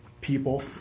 people